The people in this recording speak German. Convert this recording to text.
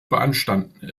beanstanden